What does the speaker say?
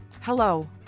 Hello